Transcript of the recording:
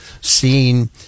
seeing